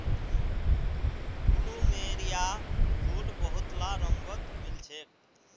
plumeria फूल बहुतला रंगत मिल छेक